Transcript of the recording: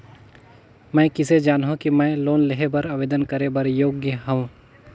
मैं किसे जानहूं कि मैं लोन लेहे बर आवेदन करे बर योग्य हंव?